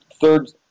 third